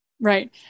Right